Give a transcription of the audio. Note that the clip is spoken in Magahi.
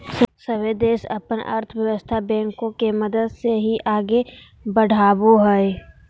सभे देश अपन अर्थव्यवस्था बैंको के मदद से ही आगे बढ़ावो हय